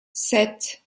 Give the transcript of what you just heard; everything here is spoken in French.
sept